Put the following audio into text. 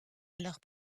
alors